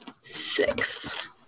Six